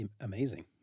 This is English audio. amazing